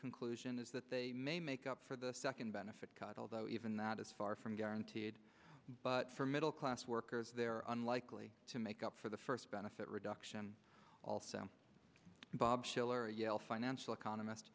conclusion is that they may make up for the second benefit cut although even that is far from guaranteed but for middle class workers they're unlikely to make up for the first benefit reduction also bob shiller a yale financial economist